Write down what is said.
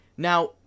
Now